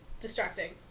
distracting